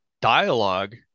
Dialogue